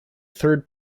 third